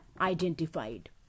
identified